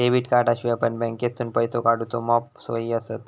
debit कार्डाशिवाय पण बँकेतसून पैसो काढूचे मॉप सोयी आसत